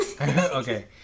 Okay